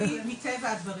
אני מטבע הדברים,